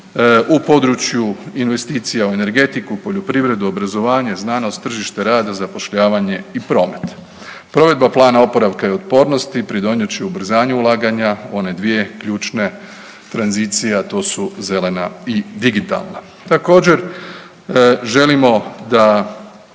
u području investicija u energetiku, poljoprivredu, obrazovanje, znanost, tržište rada, zapošljavanje i promet. Provedba Plana oporavka i otpornosti pridonijet će ubrzanju ulaganja u one dvije ključne tranzicije, a to su zelena i digitalna. Također, želimo da